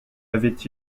avait